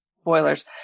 Spoilers